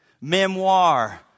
memoir